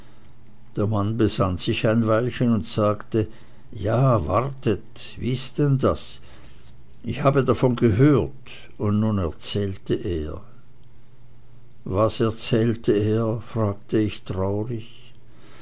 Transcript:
der mann besann sich ein weilchen und sagt ja wartet wie ist denn das ich habe davon gehört und nun erzählte er was erzählte er fragte ich traurig